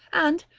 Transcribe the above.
and,